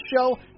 show